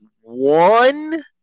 one